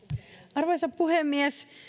arvoisa puhemies